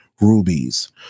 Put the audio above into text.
rubies